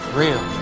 real